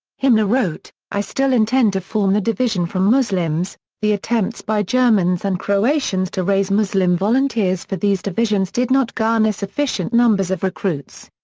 himmler wrote i still intend to form the division from muslims the attempts by germans and croatians to raise muslim volunteers for these divisions did not garner sufficient numbers of recruits.